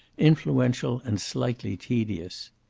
influential, and slightly tedious.